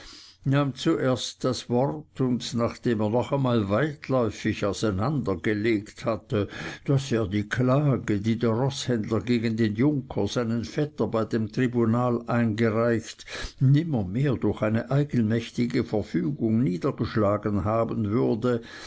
nahm zuerst das wort und nachdem er noch einmal weitläufig auseinandergelegt hatte daß er die klage die der roßhändler gegen den junker seinen vetter bei dem tribunal eingereicht nimmermehr durch eine eigenmächtige verfügung niedergeschlagen haben würde